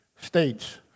states